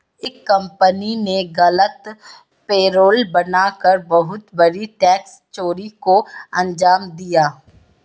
एक कंपनी ने गलत पेरोल बना कर बहुत बड़ी टैक्स चोरी को अंजाम दिया